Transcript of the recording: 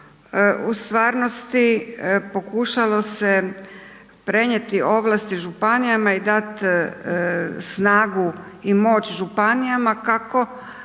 u stvarnosti pokušalo se prenijeti ovlasti županijama i dati snagu i moć županijama kako